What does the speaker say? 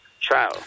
trial